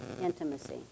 Intimacy